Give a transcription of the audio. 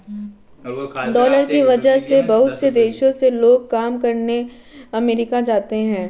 dollar की वजह से बहुत से देशों से लोग काम करने अमरीका जाते हैं